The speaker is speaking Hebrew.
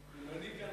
אם אני כאן,